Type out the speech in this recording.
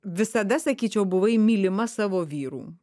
visada sakyčiau buvai mylima savo vyrų